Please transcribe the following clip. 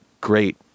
great